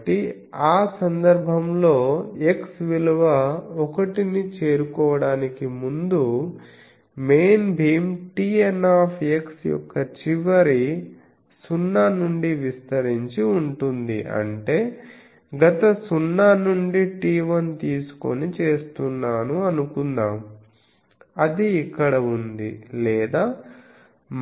కాబట్టి ఆ సందర్భంలో x విలువ 1ను చేరుకోవడానికి ముందు మెయిన్ భీమ్ Tn యొక్క చివరి 0 నుండి విస్తరించి ఉంటుంది అంటే గత 0 నేను T1 తీసుకొని చేస్తున్నాను అనుకుందాం అది ఇక్కడ ఉంది లేదా